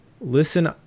listen